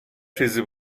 چیزی